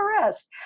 rest